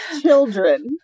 children